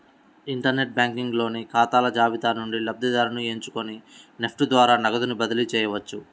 inter net banking లోని ఖాతాల జాబితా నుండి లబ్ధిదారుని ఎంచుకొని నెఫ్ట్ ద్వారా నగదుని బదిలీ చేయవచ్చు